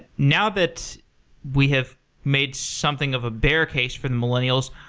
now that we have made something of a bear case for the millennials,